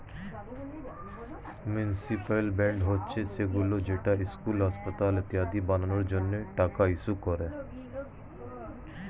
municipal bond হচ্ছে সেইগুলো যেটা স্কুল, হাসপাতাল ইত্যাদি বানানোর জন্য টাকা ইস্যু করে